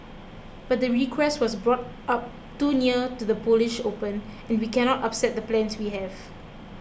but the request was brought up too near to the Polish Open and we cannot upset the plans we have